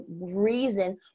reason